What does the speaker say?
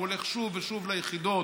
הוא הולך שוב ושוב ליחידות,